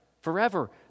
forever